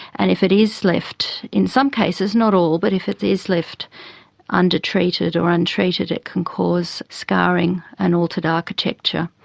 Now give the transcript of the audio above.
and if it is left, in some cases, not all, but if it is left undertreated or untreated it can cause scarring and altered architecture,